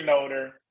older